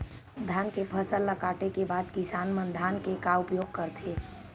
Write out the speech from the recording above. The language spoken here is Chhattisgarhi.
धान के फसल ला काटे के बाद किसान मन धान के का उपयोग करथे?